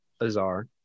Azar